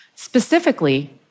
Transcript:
Specifically